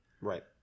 Right